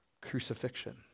crucifixion